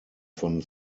von